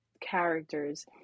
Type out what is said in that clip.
characters